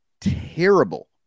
terrible